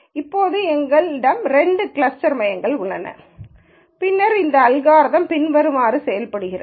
இப்போது எங்களிடம் இரண்டு கிளஸ்டர் மையங்கள் உள்ளன பின்னர் இந்த அல்காரிதம் பின்வருமாறு செயல்படுகிறது